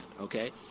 Okay